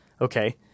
okay